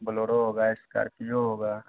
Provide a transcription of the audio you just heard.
बलोरो होगा स्कॉर्पियो होगा